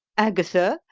agatha,